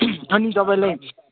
अनि तपाईँलाई